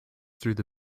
through